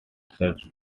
fixed